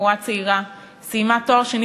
בחורה צעירה שסיימה בהצטיינות תואר שני